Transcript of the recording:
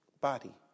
body